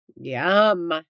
Yum